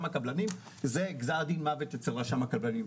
הקבלנים זה גזר דין מוות אצל רשם הקבלנים.